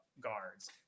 guards